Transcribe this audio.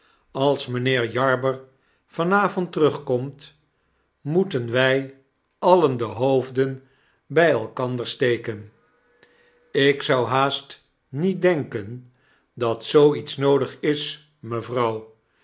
als mynheer jarber van avond terugkomt moeten wij alien de hoof den by elkander steken lk zou haast niet denken dat zoo ietsnoodig is mevrouw